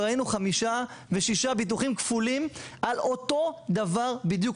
וראינו חמישה ושישה ביטוחים כפולים על אותו דבר בדיוק,